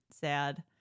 Sad